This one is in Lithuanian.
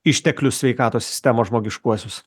išteklius sveikatos sistemos žmogiškuosius